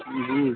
جی